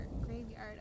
graveyard